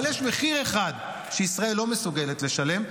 אבל יש מחיר אחד שישראל לא מסוגלת לשלם,